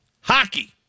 hockey